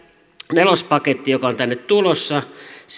nelospaketti joka on tänne tulossa